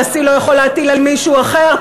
הנשיא לא יכול להטיל על מישהו אחר.